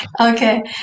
okay